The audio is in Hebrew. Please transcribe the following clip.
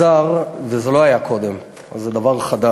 המגזר, וזה לא היה קודם, אז זה דבר חדש.